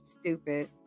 stupid